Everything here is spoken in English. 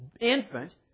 infant